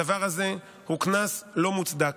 הדבר הזה הוא קנס לא מוצדק.